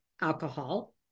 alcohol